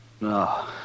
No